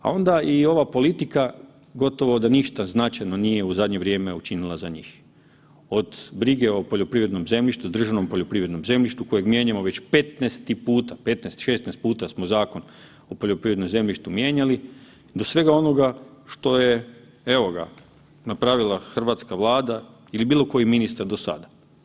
A onda i ova politika gotovo da ništa značajno nije u zadnje vrijeme učinila za njih, od brige o poljoprivrednom zemljištu, o državnom poljoprivrednom zemljištu kojeg mijenjamo već 15 puta, 15-16 puta smo Zakon o poljoprivrednom zemljištu mijenjali, do svega onoga što je, evo ga, napravila hrvatska Vlada ili bilo koji ministar do sada.